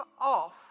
off